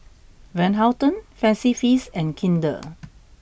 Van Houten Fancy Feast and Kinder